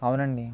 అవునండి